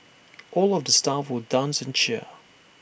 all of the staff will dance and cheer